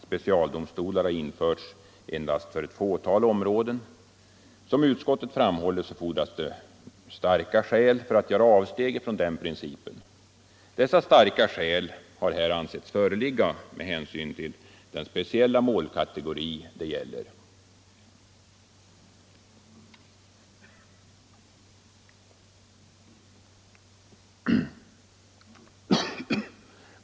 Specialdomstolar har införts endast för ett fåtal områden. Som utskottet framhåller, fordras det starka skäl för att man skall göra avsteg från denna princip. Dessa starka skäl har här ansetts föreligga med hänsyn till den speciella målkategori det gäller.